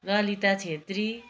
Lalita Chhetri